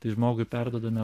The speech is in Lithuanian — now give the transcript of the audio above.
tai žmogui perduodame